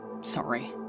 Sorry